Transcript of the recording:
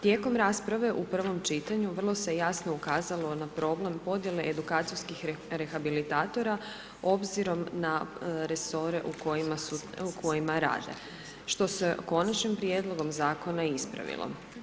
Tijekom rasprave u prvom čitanju, vrlo se jasno ukazalo na problem podjele edukacijskih rehabilitatora obzirom na resore u kojima rade, što se konačnim prijedlogom zakona ispravilo.